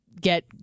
get